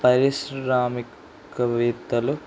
పారిశ్రామిక వేత్తలు